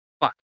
Fuck